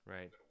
Right